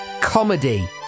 comedy